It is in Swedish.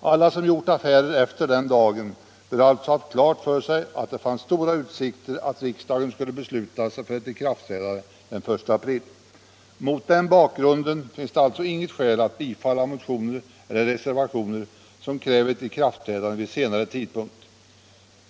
Alla som gjort affärer efter den dagen bör alltså ha haft klart för sig att det fanns stora utsikter att riksdagen skulle besluta sig för ett ikraftträdande den 1 april. Mot den bakgrunden finns det alltså inget skäl att bifalla motioner eller reservationer som kräver ett ikraftträdande vid senare tidpunkt.